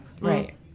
Right